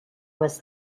was